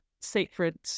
sacred